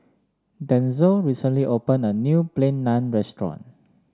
Denzel recently opened a new Plain Naan Restaurant